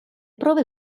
prove